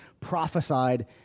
prophesied